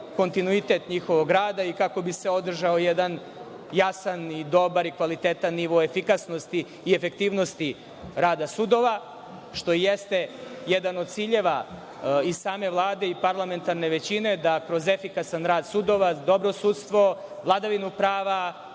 kontinuitet rada i kako bi se održao jedan jasan i dobar i kvalitetan nivo efikasnosti i efektivnosti rada sudova, što jeste jedan od ciljeva i same Vlade i parlamentarne većine da kroz efikasan rad sudova, dobro sudstvo, vladavinu prava